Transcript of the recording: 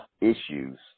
issues